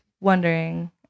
wondering